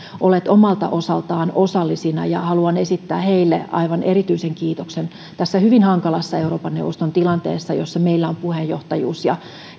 olleet omalta osaltaan osallisina ja haluan esittää heille aivan erityisen kiitoksen tässä hyvin hankalassa euroopan neuvoston tilanteessa jossa meillä on puheenjohtajuus ja